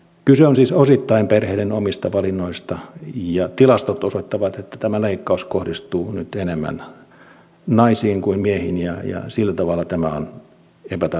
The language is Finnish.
kyse on siis osittain perheiden omista valinnoista ja tilastot osoittavat että tämä leikkaus kohdistuu nyt enemmän naisiin kuin miehiin ja sillä tavalla tämä on epätasa arvoinen esitys